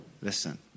listen